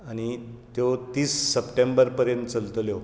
आनी त्यो तीस सप्टेंबर पर्यंत चलतल्यो